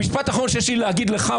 המשפט האחרון שיש לי להגיד לך,